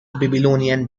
babylonian